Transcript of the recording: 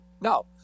no